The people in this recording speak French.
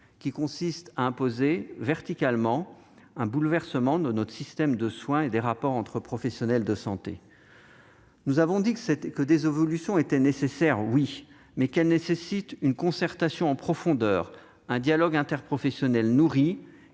qui consiste à imposer, verticalement, un bouleversement de notre système de soins et des rapports entre professionnels de santé. Certes, nous avons dit que des évolutions étaient nécessaires, mais elles nécessitent une concertation en profondeur et un dialogue interprofessionnel nourri